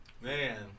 Man